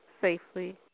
safely